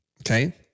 Okay